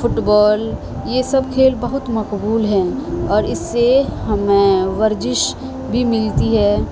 fit بال یہ سب کھیل بہت مقبول ہیں اور اس سے ہمیں ورجش بھی ملتی ہے